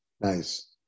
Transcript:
nice